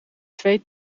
zweet